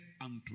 unto